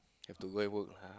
have to go and work